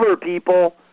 people